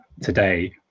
today